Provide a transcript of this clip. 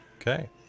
okay